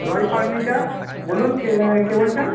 রয় furniture বলুন কে কে বলছেন